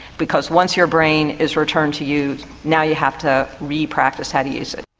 because once your brain is returned to you now you have to re-practise how to use it.